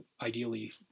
ideally